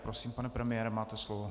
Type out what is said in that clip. Prosím, pane premiére, máte slovo.